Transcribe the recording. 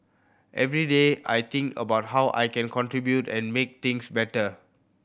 every day I think about how I can contribute and make things better